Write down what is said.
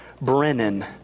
Brennan